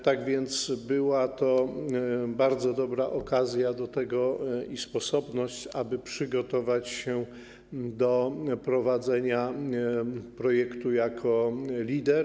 Tak więc była to bardzo dobra okazja i sposobność, aby przygotować się do prowadzenia projektu jako lider.